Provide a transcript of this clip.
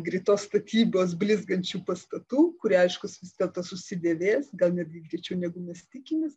greitos statybos blizgančių pastatų kurie aišku vis dėlto susidėvės gal netgi greičiau negu mes tikimės